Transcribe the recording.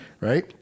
right